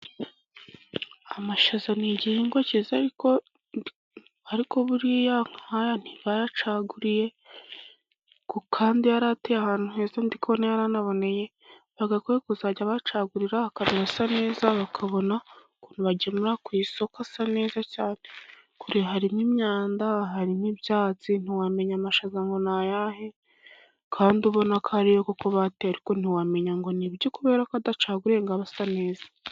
Amashaza ni igihingwa cyiza ariko buriya nkaya ntibayacaguriye, kandi yari ateye ahantu heza yari anaboneye, bagakwiye kuzajya bayacagurira akaba asa neza bakabona ukuntu bayajyana ku isoko asa neza cyane, dore harimo imyanda, harimo ibyatsi, ntiwamenya amashaza ngo ni ayahe, kandi ubona ko ariyo bateye ariko ntiwamenya ngo ni yo kubera ko adacaguriye ngo abe asa neza.